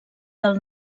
del